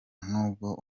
n’ubwo